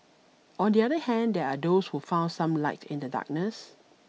on the other hand there are those who found some light in the darkness